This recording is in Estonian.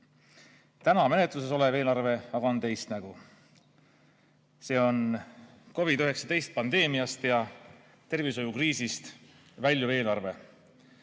Täna menetluses olev eelarve on aga teist nägu. See on COVID‑19 pandeemiast ja tervishoiukriisist väljumise eelarve.